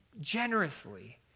generously